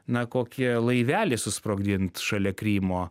na kokį laivelį susprogdint šalia krymo